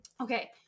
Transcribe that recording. Okay